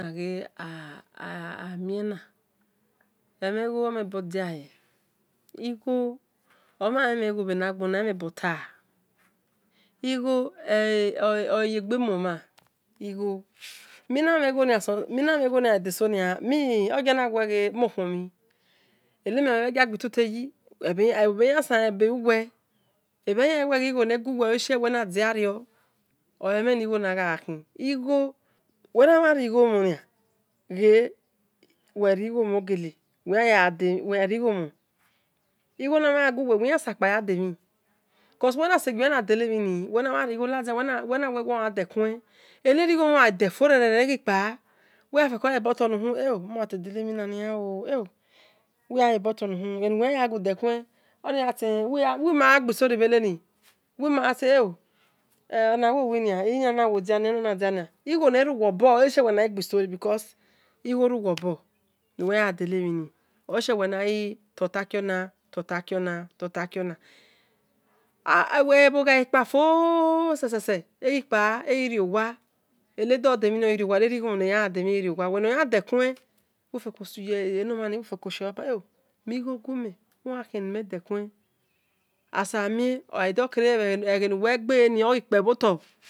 Emhe igho omhebodia he igho oyegbe muomhe omhan mhen igho emhen a bota mena mhen igho edo sonia odiawe ghe mokhuomhin eni emtamhin egiagbitute ye cos uwe naseju we yan na de nemhieni wifeko ghayobo tuluhum moyantede lemhieni oh uwimagha a gbi story bheteni igho ne ruwe obor ghie uwe na gbi story cos igho ruwe obori ghie uwenato-takionan totakiona ebho gha takpa fo sase uweno yandekuen uwi ghi buebe igho gume uwo yan khienimen kuen asamien oghadokere eghe nuwe gbe ogikpe bhotor.